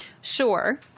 Sure